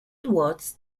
watts